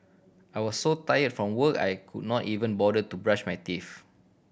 I was so tired from work I could not even bother to brush my teeth